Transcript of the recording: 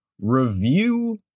review